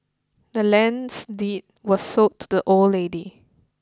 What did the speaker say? the land's deed was sold to the old lady